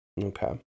okay